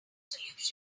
solutions